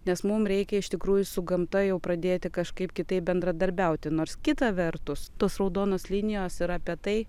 nes mums reikia iš tikrųjų su gamta jau pradėti kažkaip kitaip bendradarbiauti nors kita vertus tos raudonos linijos ir apie tai